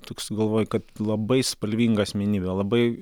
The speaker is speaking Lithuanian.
toks galvoje kad labai spalvinga asmenybė labai